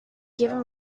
giving